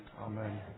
Amen